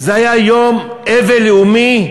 זה היה יום אבל לאומי,